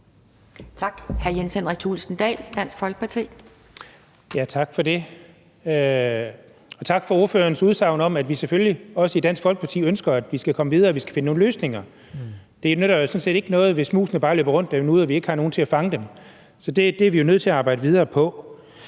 Kl. 11:45 Jens Henrik Thulesen Dahl (DF): Tak for det. Og tak for ordførerens udsagn om, at vi selvfølgelig også i Dansk Folkeparti ønsker, at vi skal komme videre og finde nogle løsninger. Det nytter sådan set ikke noget, hvis musene bare løber rundt derude og vi ikke har nogen til at fange dem. Så det er vi jo nødt til at arbejde videre på.